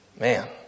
Man